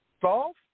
solve